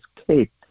escape